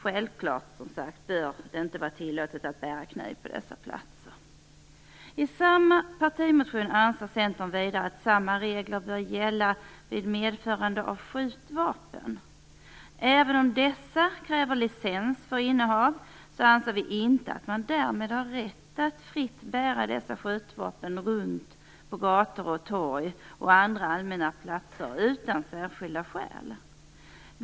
Självklart bör det inte vara tillåtet att bära kniv på dessa platser. I samma partimotion framför Centern vidare att samma regler bör gälla vid medförande av skjutvapen. Även om dessa kräver licens för innehav anser vi inte att man därmed har rätt att fritt bära dessa skjutvapen runt på gator och torg och andra allmänna platser utan särskilda skäl.